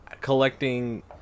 collecting